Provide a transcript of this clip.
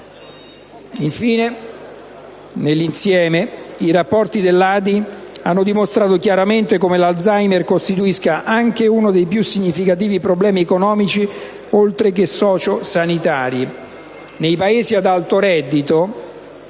Infine, nell'insieme, i rapporti dell'ADI hanno dimostrato chiaramente come l'Alzheimer costituisca anche uno dei più significativi problemi economici, oltre che socio-sanitari.